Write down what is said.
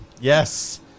Yes